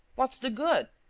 what's the good?